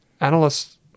Analysts